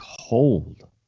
cold